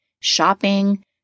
shopping